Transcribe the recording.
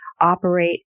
operate